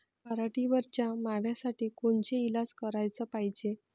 पराटीवरच्या माव्यासाठी कोनचे इलाज कराच पायजे?